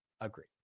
Agree